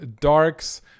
darks